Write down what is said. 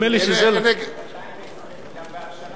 220. גם,